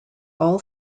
all